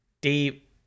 deep